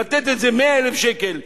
לתת 100,000 שקל,